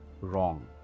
wrong